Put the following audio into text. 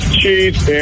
cheese